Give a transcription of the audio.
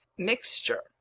mixture